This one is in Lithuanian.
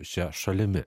šia šalimi